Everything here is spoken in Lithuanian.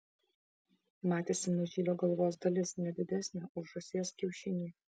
matėsi mažylio galvos dalis ne didesnė už žąsies kiaušinį